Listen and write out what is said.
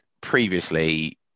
previously